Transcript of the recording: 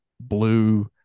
blue